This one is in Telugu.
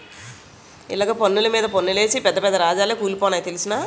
ఇలగ పన్నులు మీద పన్నులేసి పెద్ద పెద్ద రాజాలే కూలిపోనాయి తెలుసునా